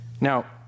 Now